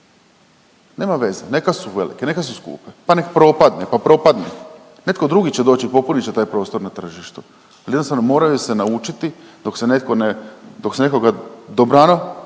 Nema veze, neka su velike, neka su skupe pa nek' propadne, pa prodane. Netko drugi će doći i popunit će taj prostor na tržištu, ali jednostavno moraju se naučiti dok se nekoga dobrano